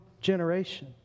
generation